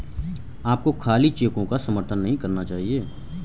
आपको खाली चेकों का समर्थन नहीं करना चाहिए